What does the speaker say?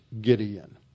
Gideon